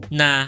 na